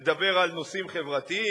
מדבר על נושאים חברתיים,